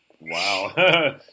wow